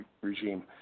regime